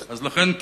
לכן,